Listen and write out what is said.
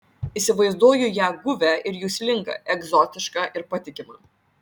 įsivaizduoju ją guvią ir juslingą egzotišką ir patikimą